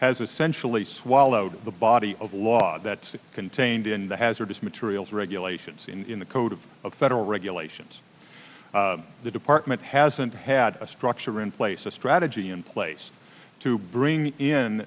has essentially swallowed the body of law that's contained in the hazardous materials regulations in the code of federal regulations the department hasn't had a structure in place a strategy in place to bring in